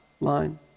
line